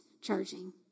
charging